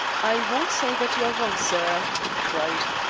i won't say that you are wrong, sir, he cried.